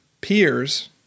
peers